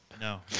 No